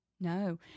No